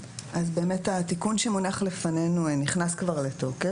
אז באמת התיקון שמונח לפנינו נכנס כבר לתוקף.